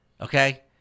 okay